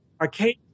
Arcade